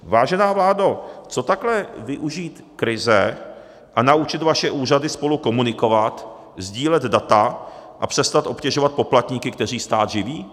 Vážená vládo, co takhle využít krize a naučit vaše úřady spolu komunikovat, sdílet data a přestat obtěžovat poplatníky, kteří stát živí?